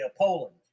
Poland